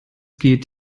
geht